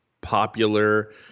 popular